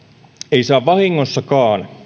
ei saa vahingossakaan